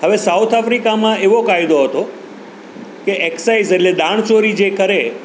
હવે સાઉથ આફ્રિકામાં એવો કાયદો હતો કે એક્સાઈઝ એટલે દાણ ચોરી જે કરે